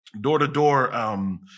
Door-to-door